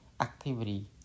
activity